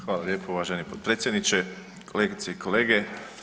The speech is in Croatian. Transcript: Hvala lijepo uvaženi potpredsjedniče, kolegice i kolete.